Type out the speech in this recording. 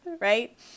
right